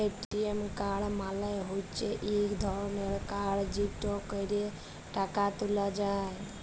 ATM card মালে হচ্যে ইক ধরলের কাড় যেটতে ক্যরে টাকা ত্যুলা যায়